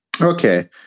okay